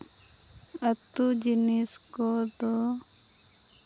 ᱟᱛᱳ ᱡᱤᱱᱤᱥ ᱠᱚᱫᱚ